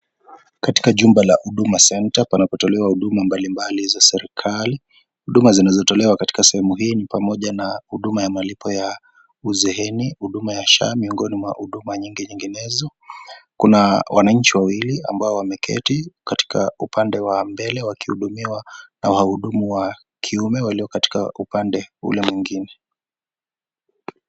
Katika chumba la huduma center , panapotolewa huduma mbalimbali za serikali. Huduma zinazotolewa katika sehemu hii ni pamoja na huduma ya malipo ya uzeeni, huduma ya SHA, miongoni mwa huduma nyingi nyinginezo. Kuna wanainchi wawili , ambao wameketi katika upande wa mbele, wakihudumiwa na wahudumu wa kiume waliokatika upande Ile mwingine.